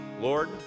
Lord